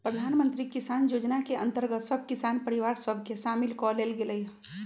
प्रधानमंत्री किसान जोजना के अंतर्गत सभ किसान परिवार सभ के सामिल क् लेल गेलइ ह